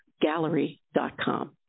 gallery.com